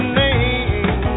name